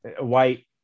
White